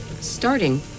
starting